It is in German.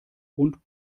und